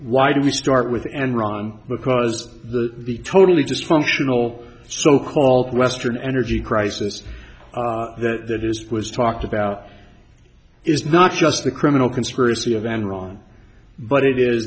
why don't we start with enron because the totally dysfunctional so called western energy crisis that is was talked about is not just the criminal conspiracy of enron but it is